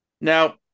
Now